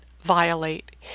violate